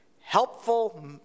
Helpful